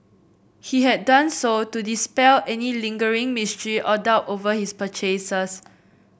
he had done so to dispel any lingering mystery or doubt over his purchases